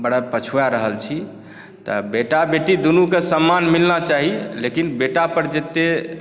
बड़ा पछुआ रहल छी तऽ बेटा बेटी दुनूक सम्मान मिलना चाही लेकिन बेटा पर जतय